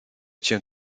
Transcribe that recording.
cię